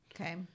Okay